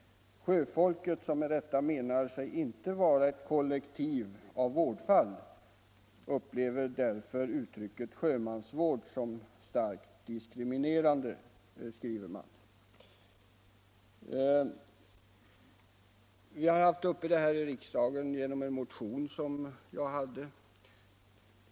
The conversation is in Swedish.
Sjöfolket, som med rätta menar sig inte vara ett kollektiv av vårdfall, upplever därför uttrycket sjömansvård som starkt diskriminerande”, skriver Sjömannen. Vi har ju haft frågan uppe till diskussion här i riksdagen vid behandlingen av en motion som jag väckte.